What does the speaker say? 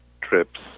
trips